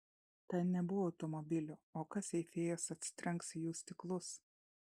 ten nebuvo automobilių o kas jei fėjos atsitrenks į jų stiklus